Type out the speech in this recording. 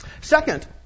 Second